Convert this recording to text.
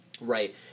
Right